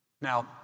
Now